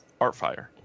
Artfire